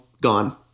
gone